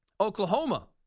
Oklahoma